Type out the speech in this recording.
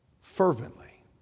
fervently